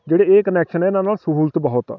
ਜਿਹੜੇ ਇਹ ਕਨੈਕਸ਼ਨ ਇਹਨਾਂ ਨਾਲ ਸਹੂਲਤ ਬਹੁਤ ਆ